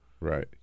Right